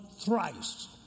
thrice